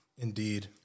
Indeed